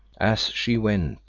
as she went,